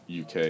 UK